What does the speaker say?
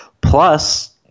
Plus